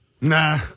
Nah